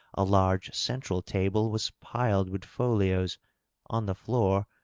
a large central table was piled with folios on the floor,